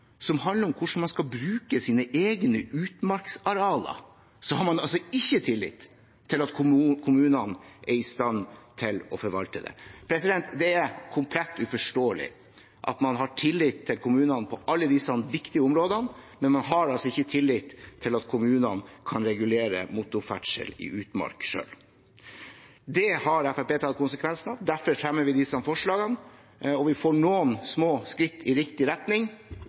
som handler om hvordan man skal bruke sine egne utmarksarealer, så har man altså ikke tillit til at kommunene er i stand til å forvalte det. Det er komplett uforståelig at man har tillit til kommunene på alle disse viktige områdene, men man har altså ikke tillit til at kommunene kan regulere motorferdsel i utmark selv. Det har Fremskrittspartiet tatt konsekvensen av. Derfor fremmer vi disse forslagene. Vi får noen små skritt i riktig retning,